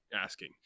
asking